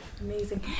Amazing